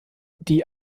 die